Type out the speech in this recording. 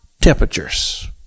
temperatures